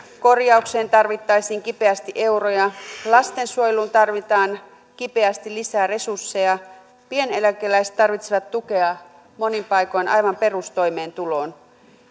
korjaukseen tarvittaisiin kipeästi euroja lastensuojeluun tarvitaan kipeästi lisää resursseja pieneläkeläiset tarvitsevat tukea monin paikoin aivan perustoimeentuloon